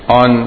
on